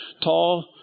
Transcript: tall